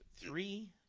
Three